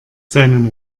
seinem